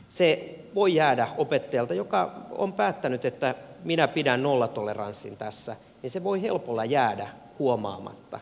se voi jäädä opettajalta joka on päättänyt että minä pidän nollatoleranssin tässä helpolla huomaamatta